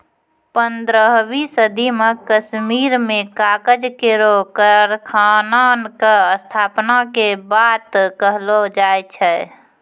पन्द्रहवीं सदी म कश्मीर में कागज केरो कारखाना क स्थापना के बात कहलो जाय छै